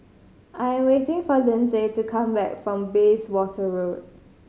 I am waiting for Lindsay to come back from Bayswater Road